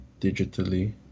digitally